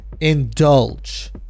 indulge